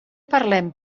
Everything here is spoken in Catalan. parlem